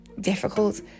difficult